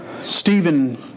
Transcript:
Stephen